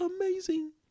amazing